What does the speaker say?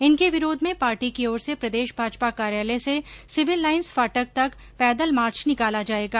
इनके विरोध में पार्टी की ओर से प्रदेश भाजपा कार्यालय से सिविल लाईन्स फाटक तक पैदल मार्च निकाला जायेगा